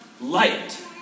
light